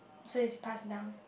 so is pass down